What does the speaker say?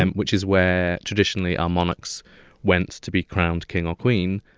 and which is where traditionally our monarchs went to be crowned king or queen.